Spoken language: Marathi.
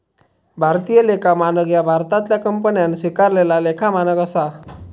भारतीय लेखा मानक ह्या भारतातल्या कंपन्यांन स्वीकारलेला लेखा मानक असा